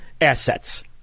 assets